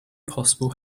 possible